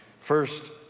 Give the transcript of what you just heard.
First